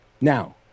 Now